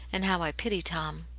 and how i pity tom.